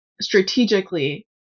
strategically